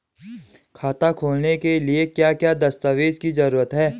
खाता खोलने के लिए क्या क्या दस्तावेज़ की जरूरत है?